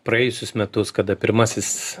praėjusius metus kada pirmasis